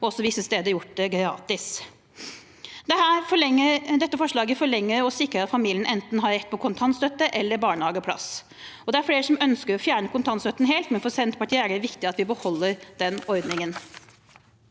også visse steder gjort det gratis. Dette forslaget forlenger og sikrer at familien har rett på enten kontantstøtte eller barnehageplass. Det er flere som ønsker å fjerne kontantstøtten helt, men for Senterpartiet er det viktig at vi beholder den ordningen.